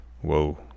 Whoa